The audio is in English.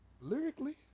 lyrically